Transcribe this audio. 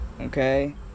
okay